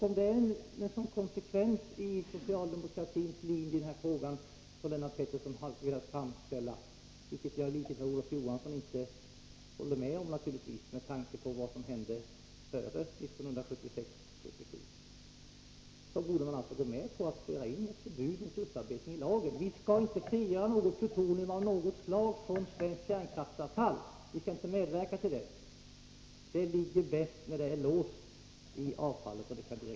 Om det är en sådan konsekvens i socialdemokratins linje i denna fråga som Lennart Pettersson velat framställa det — vilket jag i likhet med Olof Johansson inte håller med om med tanke på vad som hände före 1976 och 1977 — borde man alltså gå med på att i lagen föra in ett förbud mot upparbetning. Vi skall inte frigöra något plutonium av något slag från svenskt kärnkraftsavfall. Vi skall inte medverka till det. Det är bäst att det är låst i avfallet.